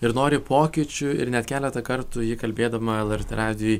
ir nori pokyčių ir net keletą kartų ji kalbėdama lrt radijui